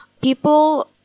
People